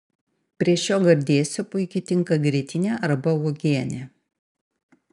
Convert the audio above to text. prie šio gardėsio puikiai tinka grietinė arba uogienė